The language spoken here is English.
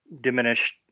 diminished